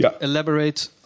elaborate